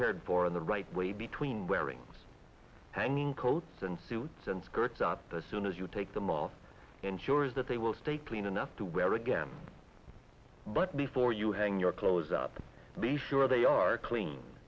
cared for in the right way between wearing hanging coats and suits and skirts not the soon as you take them off ensures that they will stay clean enough to wear again but before you hang your clothes up be sure they are clean